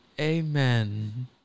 amen